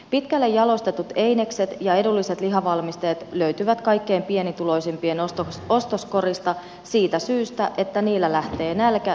pitkälle jalostetut einekset ja edulliset lihavalmisteet löytyvät kaikkein pienituloisimpien ostoskorista siitä syystä että niillä lähtee nälkä pienemmällä rahalla